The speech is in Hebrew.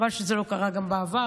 חבל שזה לא קרה גם בעבר.